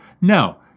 No